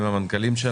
עם המנכ"לים של